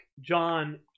John